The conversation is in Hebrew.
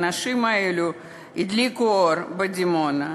האנשים האלה הדליקו אור בדימונה,